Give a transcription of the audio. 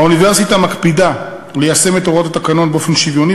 האוניברסיטה מקפידה ליישם את הוראות התקנות באופן שוויוני,